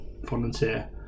volunteer